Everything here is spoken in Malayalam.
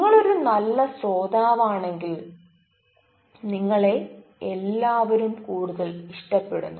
നിങ്ങൾ ഒരു നല്ല ശ്രോതാവാണെങ്കിൽ നിങ്ങളെ എല്ലാവരും കൂടുതൽ ഇഷ്ടപ്പെടുന്നു